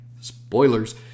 spoilers